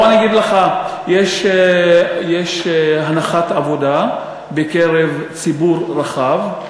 בוא אני אגיד לך, יש הנחת עבודה בקרב ציבור רחב,